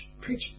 preach